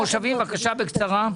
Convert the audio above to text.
יוני דמרי, תנועת המושבים, בבקשה, בקצרה.